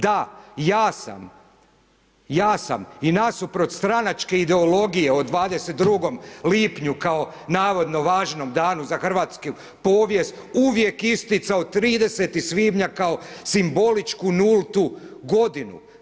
Da, ja sam i nasuprot stranačke ideologije o 22. lipnju kao navodnom važnom danu za hrvatsku povijest uvijek isticao 30. svibnja kao simboličku nultu godinu.